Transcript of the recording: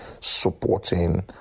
supporting